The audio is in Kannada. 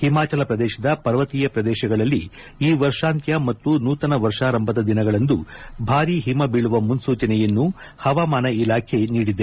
ಹಿಮಾಚಲ ಪ್ರದೇಶದ ಪರ್ವತೀಯ ಪ್ರದೇಶಗಳಲ್ಲಿ ಈ ವರ್ಷಾಂತ್ಯ ಮತ್ತು ನೂತನ ವರ್ಷಾರಂಭದ ದಿನಗಳಂದು ಭಾರಿ ಹಿಮ ಬೀಳುವ ಮುನ್ಲೂಚನೆಯನ್ನು ಹವಾಮಾನ ಇಲಾಖೆ ನೀಡಿದೆ